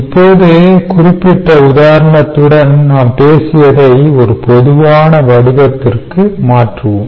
இப்போது குறிப்பிட்ட உதாரணத்துடன் நாம் பேசியதை ஒரு பொதுவான வடிவத்திற்கு மாற்றுவோம்